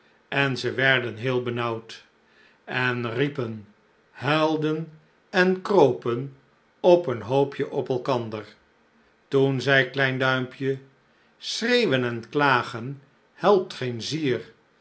en ze werden heel benaauwd en riepen huilden en kropen op een hoopje op elkander toen zei klein duimpje schreeuwen en klagen helpt geen zier